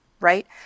right